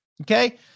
okay